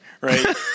right